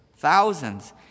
Thousands